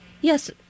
Yes